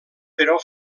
però